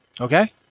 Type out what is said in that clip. Okay